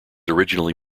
originally